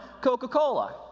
Coca-Cola